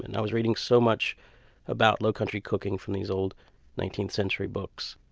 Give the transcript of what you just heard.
and i was reading so much about lowcountry cooking from these old nineteenth century books,